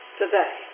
today